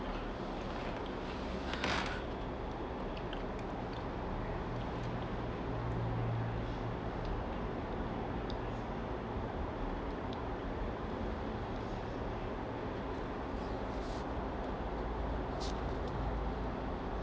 oh ah